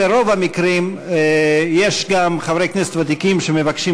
ברוב המקרים יש גם חברי כנסת ותיקים שמבקשים